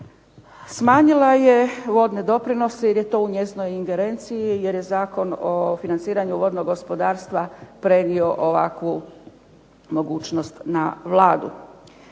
Smanjila je vodne doprinose jer je to u njezinoj ingerenciji jer je Zakon o financiranju vodnog gospodarstva prenio ovakvu mogućnost na Vladu.